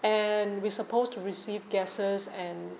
and we supposed to receive guests and